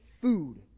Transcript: food